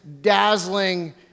dazzling